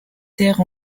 taire